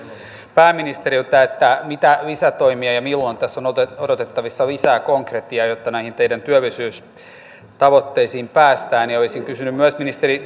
pääministeriltä mitä lisätoimia tulee ja milloin tässä on odotettavissa lisää konkretiaa jotta näihin teidän työllisyystavoitteisiinne päästään olisin kysynyt myös ministeri